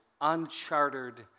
unchartered